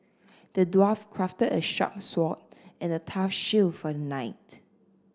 the dwarf crafted a sharp sword and a tough shield for knight